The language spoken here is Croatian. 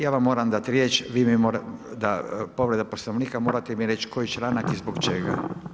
Ja vam moram dati riječ, povreda Poslovnika, morate mi reći koji članak i zbog čega?